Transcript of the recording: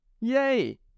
Yay